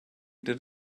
did